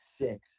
six